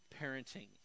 parenting